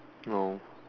no